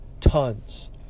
Tons